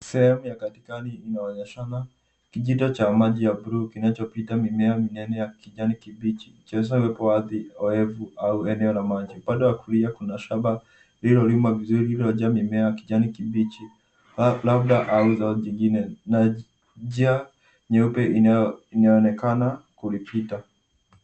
Sehemu ya katikani inaonyeshana kijito cha maji ya buluu kinachopita mimea ndani ya kijani kibichi vikionyesha vioevu au eneo la maji. Upande wa kulia kuna shamba lililolimwa vizuri lililojaa mimea ya kijani kibichi labda au zao lingine na njia nyeupe inaonekana kulipita.